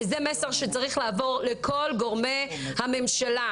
וזה מסר שצריך לעבור לכל גורמי הממשלה.